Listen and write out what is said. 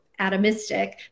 atomistic